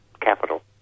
capital